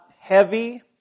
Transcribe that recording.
heavy